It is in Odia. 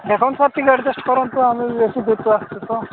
ଦେଖନ୍ତୁ ସାର୍ ଟିକେ ଆଡଜଷ୍ଟ କରନ୍ତୁ ଆମେ ବେଶୀ ଦୂରରୁ ଆସିଛୁ ତ